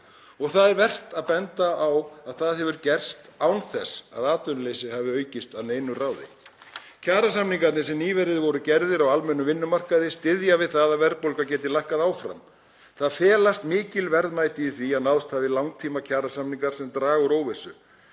Það er vert að benda á að það hefur gerst án þess að atvinnuleysi hafi aukist að neinu ráði. Kjarasamningarnir sem nýverið voru gerðir á almennum vinnumarkaði styðja við það að verðbólga geti lækkað áfram. Það felast mikil verðmæti í því að náðst hafi langtímakjarasamningar sem draga úr óvissu.